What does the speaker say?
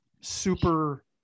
super